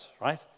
right